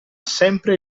sempre